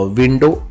window